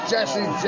Jesse